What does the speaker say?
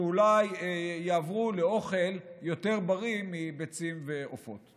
שאולי יעברו לאוכל יותר בריא מביצים ועופות.